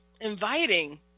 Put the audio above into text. inviting